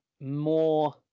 more